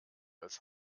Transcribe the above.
als